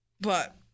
But-